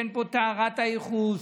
אין פה טהרת הייחוס,